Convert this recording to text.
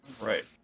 Right